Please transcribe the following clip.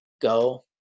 go